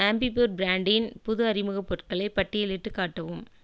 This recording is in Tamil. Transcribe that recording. ஆம்பிப்யூர் பிராண்டின் புது அறிமுகப் பொருட்களை பட்டியலிட்டுக் காட்டவும்